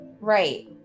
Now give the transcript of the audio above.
Right